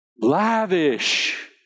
Lavish